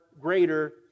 greater